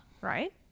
right